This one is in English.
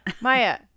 Maya